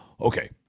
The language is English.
Okay